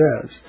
says